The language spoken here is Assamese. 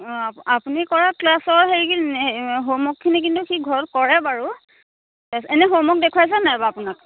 অঁ আপুনি কৰা ক্লাছৰ হেৰি হোমওৱৰ্কখিনি কিন্তু সি ঘৰত কৰে বাৰু এনে হোমওৱৰ্ক দেখুৱাইছে নে নাই বাৰু আপোনাক